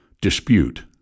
dispute